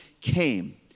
came